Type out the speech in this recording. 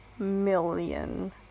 million